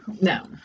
No